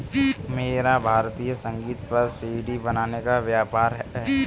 मेरा भारतीय संगीत पर सी.डी बनाने का व्यापार है